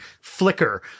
flicker